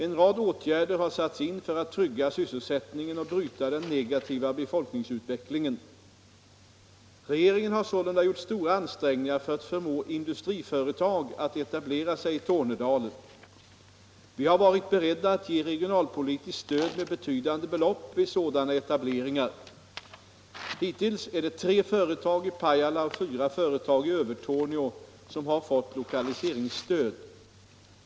En rad åtgärder har satts in för att trygga sysselsättningen och bryta den negativa befolkningsutvecklingen. Regeringen har sålunda gjort stora ansträngningar för att förmå industriföretag att etablera sig i Tornedalen. Vi har varit beredda att ge regionalpolitiskt stöd med betydande belopp vid sådana etableringar. Hittills är det tre företag i Pajala och fyra företag i Övertorneå som har fått lokaliseringsstöd.